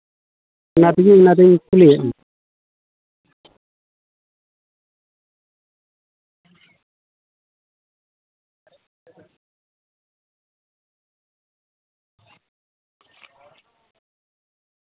ᱚᱱᱟ ᱛᱮᱜᱮ ᱚᱱᱟ ᱛᱮᱜᱤᱧ ᱠᱩᱞᱤᱭᱮᱫ ᱢᱮ